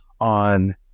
on